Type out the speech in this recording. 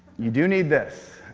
you do need this.